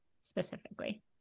specifically